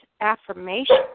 affirmation